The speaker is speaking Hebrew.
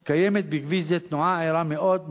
כי קיימת בכביש זה תנועה ערה מאוד,